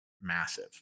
massive